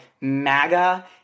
MAGA